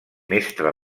mestre